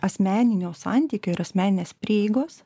asmeninio santykio ir asmeninės prieigos